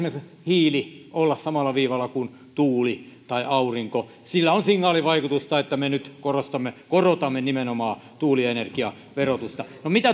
hiilen olla samalla viivalla kuin tuuli tai aurinko sillä on signaalivaikutusta että me nyt korotamme korotamme nimenomaan tuulienergian verotusta